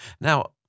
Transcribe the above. Now